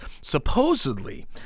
Supposedly